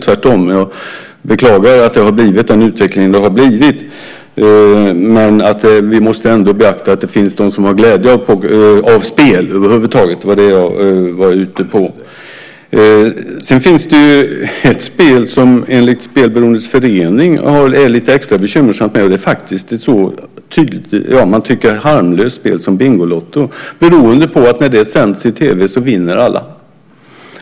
Tvärtom beklagar jag att det har blivit den utveckling det har blivit. Men vi måste ändå beakta att det finns de som har glädje av spel över huvud taget. Det var det jag var inne på. Sedan finns det ett spel som enligt Spelberoendes förening är lite extra bekymmersamt. Det är faktiskt ett så, tycker man, harmlöst spel som Bingolotto, beroende på att när det sänds i tv vinner alla.